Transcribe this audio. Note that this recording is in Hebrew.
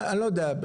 אני לא יודע,